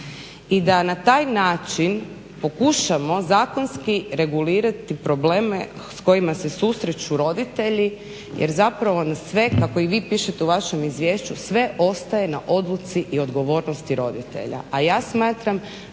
i da na taj način pokušamo zakonski regulirati probleme s kojima se susreću roditelji jer zapravo na sve kako i vi pišete u vašem izvješću sve ostaje na odluci i odgovornosti roditelja,